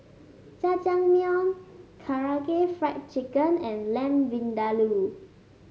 Jajangmyeon Karaage Fried Chicken and Lamb Vindaloo